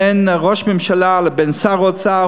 בין ראש הממשלה לבין שר האוצר,